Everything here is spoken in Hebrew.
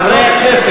גפני,